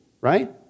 right